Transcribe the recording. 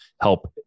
help